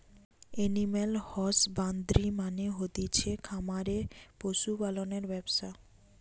animal husbandry মানে হতিছে খামারে পশু পালনের ব্যবসা